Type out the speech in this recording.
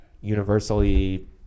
universally